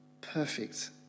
perfect